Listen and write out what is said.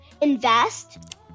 invest